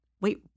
wait